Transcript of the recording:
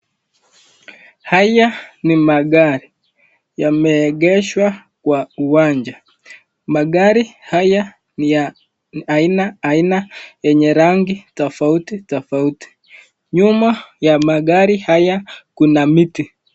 haya ni magari yameegeshwa kwa uwanja magari haya ya aina aina yenye rangi tofauti tofauti, nyuma ya magari haya kuna miti.